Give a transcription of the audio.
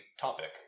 topic